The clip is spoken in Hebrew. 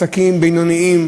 עסקים בינוניים,